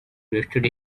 yesterday